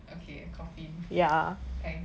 okay a coffin thanks